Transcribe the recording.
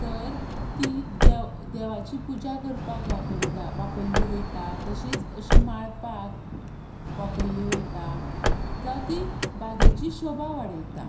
तर तीं देव देवाची पुजा करपाक वापरता वापरलीं वतात तशींच अशीं माळपाक वापरलीं वता जावं तीं बागेची शोभा वाडयता